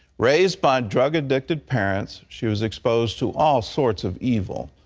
raised by drug-addicted parents, she was exposed to all sorts of evil.